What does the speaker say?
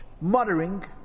muttering